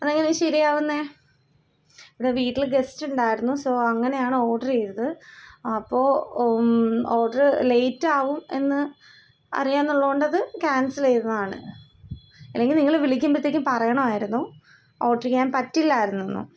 അതെങ്ങനെ ശരിയാവുന്നേ ഇവിടെ വീട്ടില് ഗസ്റ്റുണ്ടായിരുന്നു സൊ അങ്ങനെയാണ് ഓഡിറീതത് അപ്പോള് ഓഡര് ലേറ്റാവും എന്ന് അറിയാന്നുള്ളോണ്ടത് ക്യാൻസെലീതതാണ് ഇല്ലെങ്കിൽ നിങ്ങള് വിളിക്കുമ്പഴ്ത്തേക്കും പറയണമായിരുന്നു ഓഡെറീയ്യാൻ പറ്റില്ലായിരുന്നു എന്ന്